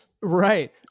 Right